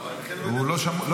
היושב-ראש,